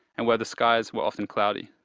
and where the skies were often cloudy.